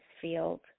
field